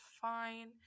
fine